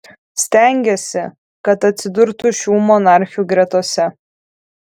stengėsi kad atsidurtų šių monarchių gretose